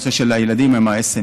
הנושא של הילדים עם ה-SMA.